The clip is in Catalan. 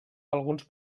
alguns